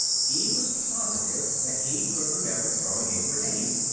he was positive that he could remember throwing a grenade.